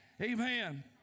amen